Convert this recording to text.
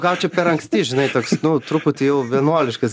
gal čia per anksti žinai toks nu truputį jau vienuoliškas